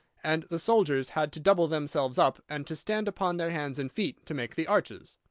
and the soldiers had to double themselves up and to stand upon their hands and feet, to make the arches.